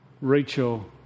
Rachel